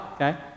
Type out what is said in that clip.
okay